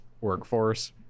workforce